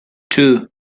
two